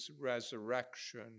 Resurrection